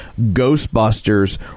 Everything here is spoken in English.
Ghostbusters